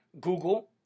Google